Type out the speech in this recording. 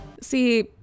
See